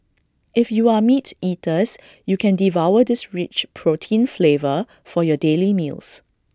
if you are meat eaters you can devour this rich protein flavor for your daily meals